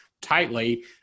tightly